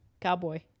cowboy